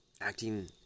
acting